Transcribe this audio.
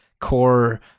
core